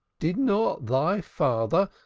did not thy father,